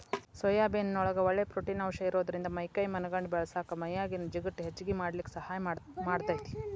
soybean ನೊಳಗ ಒಳ್ಳೆ protein ಅಂಶ ಇರೋದ್ರಿಂದ ಮೈ ಕೈ ಮನಗಂಡ ಬೇಳಸಾಕ ಮೈಯಾಗಿನ ಜಿಗಟ್ ಹೆಚ್ಚಗಿ ಮಾಡ್ಲಿಕ್ಕೆ ಸಹಾಯ ಮಾಡ್ತೆತಿ